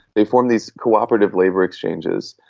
they formed these corporative labour exchanges,